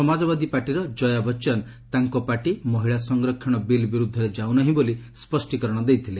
ସମାଜବାଦୀ ପାର୍ଟିର ଜୟା ବଚନ ତାଙ୍କ ପାର୍ଟି ମହିଳା ସଂରକ୍ଷଣ ବିଲ୍ ବିରୁଦ୍ଧରେ ଯାଉ ନାହିଁ ବୋଲି ସ୍ୱଷ୍ଟିକରଣ ଦେଇଥିଲେ